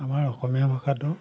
আমাৰ অসমীয়া ভাষাটো